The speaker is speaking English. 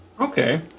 Okay